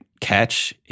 catch